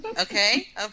Okay